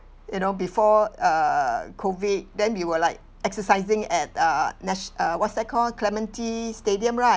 you know before err COVID then we were like exercising at uh natio~ uh what's that called clementi stadium right